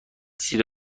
زیر